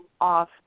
off